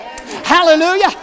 Hallelujah